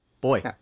Boy